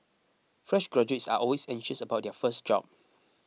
fresh graduates are always anxious about their first job